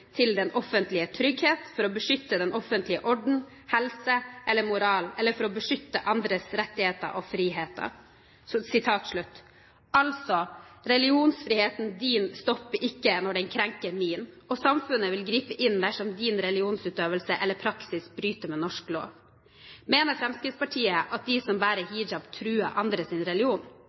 til den offentlige trygghet, for å beskytte den offentlige orden, helse eller moral, eller for å beskytte andres rettigheter og friheter.» Altså: Religionsfriheten din stopper ikke når den krenker min. Samfunnet vil gripe inn dersom din religionsutøvelse eller praksis bryter med norsk lov. Mener Fremskrittspartiet at de som bærer hijab, truer andres religion?